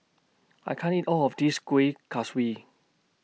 I can't eat All of This Kueh Kaswi